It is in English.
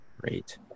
Great